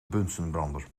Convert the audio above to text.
bunsenbrander